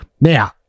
Now